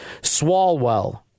Swalwell